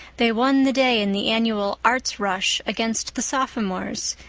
they won the day in the annual arts rush against the sophomores,